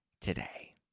today